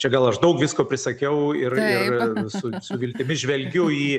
čia gal aš daug visko prisakiau ir ir su su viltimi žvelgiu į